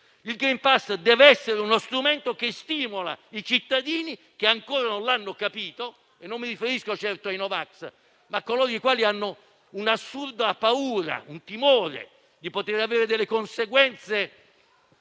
Il *green pass* deve essere uno strumento che stimola i cittadini che ancora non hanno fatto il vaccino; non mi riferisco certo ai no vax, ma a coloro i quali hanno l'assurda paura e il timore di poter avere delle conseguenze